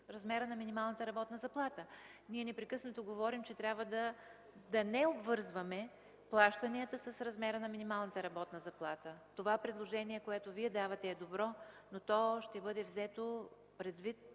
размера на минималната работна заплата. Ние непрекъснато говорим, че трябва да не обвързваме плащанията с размера на минималната работна заплата. Предложението, което Вие давате, е добро, но то ще бъде взето предвид